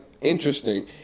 interesting